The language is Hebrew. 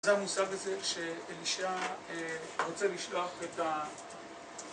זה המושג הזה, שאלישע רוצה לשלוח את ה...